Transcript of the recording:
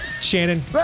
Shannon